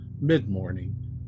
mid-morning